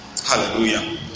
Hallelujah